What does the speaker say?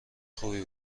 خوبی